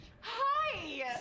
Hi